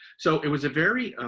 so, it was a very,